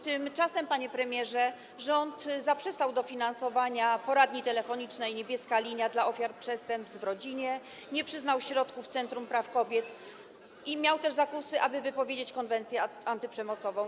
Tymczasem, panie premierze, rząd zaprzestał dofinansowania poradni telefonicznej Niebieska Linia dla ofiar przestępstw w rodzinie, nie przyznał środków Centrum Praw Kobiet i miał też zakusy, aby wypowiedzieć konwencję antyprzemocową.